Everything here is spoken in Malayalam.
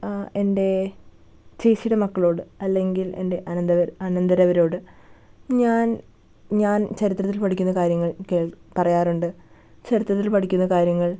എന്റെ ചേച്ചിയുടെ മക്കളോട് അല്ലെങ്കിൽ എൻ്റെ അനന്തവ അനന്തരവരോട് ഞാൻ ഞാൻ ചരിത്രത്തിൽ പഠിക്കുന്ന കാര്യങ്ങൾ കേൾ പറയാറുണ്ട് ചരിത്രത്തിൽ പഠിക്കുന്ന കാര്യങ്ങൾ